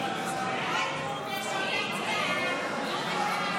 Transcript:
להעביר לוועדה את הצעת חוק-יסוד: כבוד האדם וחירותו (תיקון,